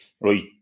Right